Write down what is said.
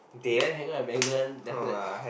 then hang out with Megan then after that